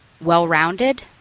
well-rounded